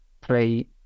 play